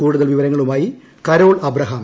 കൂടുതൽ വിവരങ്ങളുമായി കരോൾ അബ്രഹാം